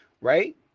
right